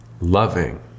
loving